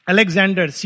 Alexander